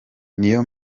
niyo